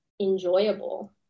enjoyable